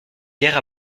guerre